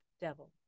devil